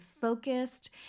focused